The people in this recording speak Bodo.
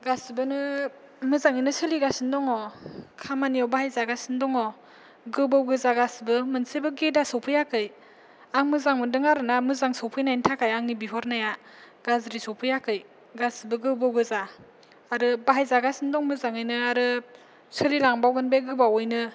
गासिबो नो मोजाङैनो सोलिगासिनो दङ खामानियाव बाहाय जागासिनो दङ गोबौ गोजा गासिबो मोनसेबो गेदा सफैयाखै आं मोजां मोनदों आरोना मोजां सफैनायनि थाखाय आंनि बिहरनाया गाज्रि सफैयाखै गासिबो गोबौ गोजा आरो बाहायजागासिनो दं मोजाङैनो आरो सोलिलांबावगोन बे गोबावैनो